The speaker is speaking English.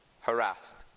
harassed